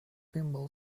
pinball